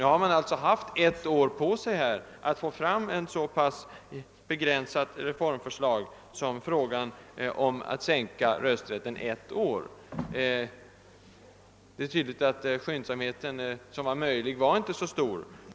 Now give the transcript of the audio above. Nu har man alltså haft ett år på sig för att få färdigt ett så pass begränsat reformförslag som att sänka rösträttsåldern ett år. Det är tydligt att den skyndsamhet som var möjlig inte var särskilt stor.